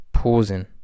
pausing